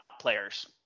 players